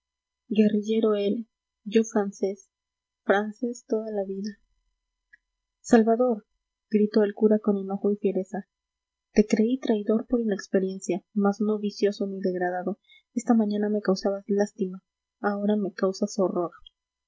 guerrillero él yo francés francés toda la vida salvador gritó el cura con enojo y fiereza te creí traidor por inexperiencia mas no vicioso ni degradado esta mañana me causabas lástima ahora me causas horror